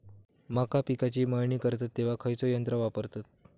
मका पिकाची मळणी करतत तेव्हा खैयचो यंत्र वापरतत?